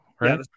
right